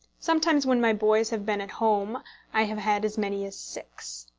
sometimes when my boys have been at home i have had as many as six.